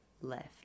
left